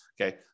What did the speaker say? Okay